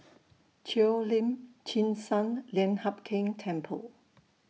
Cheo Lim Chin Sun Lian Hup Keng Temple